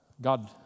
God